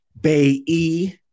Bay-E